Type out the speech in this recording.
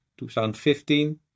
2015